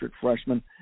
freshman